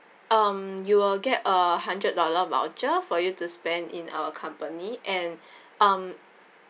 um you will get a hundred dollar voucher for you to spend in our company and um